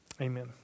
Amen